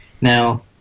Now